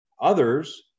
Others